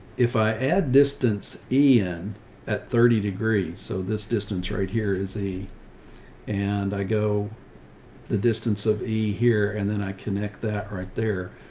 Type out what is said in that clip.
if i add distance ian at thirty degrees. so this distance right here is a and i go the distance of e here. and then i connect that right there.